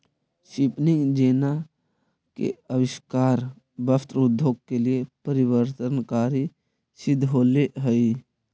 spinning jenny के आविष्कार वस्त्र उद्योग के लिए परिवर्तनकारी सिद्ध होले हई